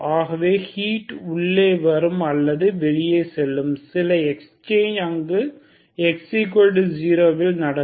ஆகவே ஹீட் உள்ளே வரும் அல்லது வெளியே செல்லும் சில எக்ஸ்சேஞ்ச் அங்கு x0 இல் நடக்கும்